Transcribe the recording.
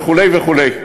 וכו' וכו'.